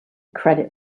credit